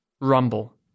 rumble